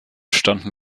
standen